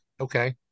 Okay